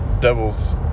Devil's